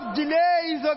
delays